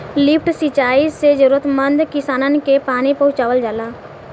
lift सिंचाई से जरूरतमंद किसानन के पानी पहुंचावल जाला